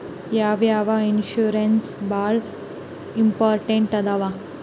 ಯಾವ್ಯಾವ ಇನ್ಶೂರೆನ್ಸ್ ಬಾಳ ಇಂಪಾರ್ಟೆಂಟ್ ಅದಾವ?